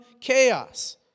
chaos